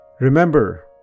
Remember